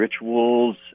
rituals